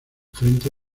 frente